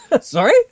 sorry